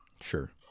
Sure